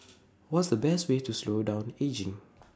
what's the best way to slow down ageing